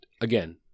again